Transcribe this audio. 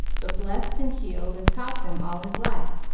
but blessed and healed and taught them all his life.